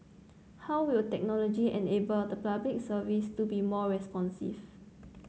how will technology enable the Public Services to be more responsive